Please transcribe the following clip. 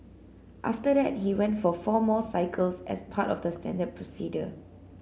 after that he went for four more cycles as part of the standard procedure